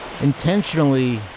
intentionally